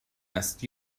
است